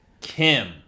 Kim